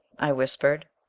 i whispered.